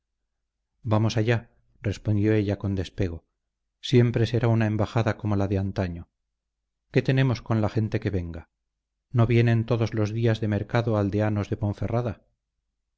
vamos allá respondió ella con despego siempre será una embajada como la de antaño qué tenemos con la gente que venga no vienen todos los días de mercado aldeanos de ponferrada